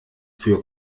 für